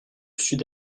sud